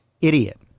Idiot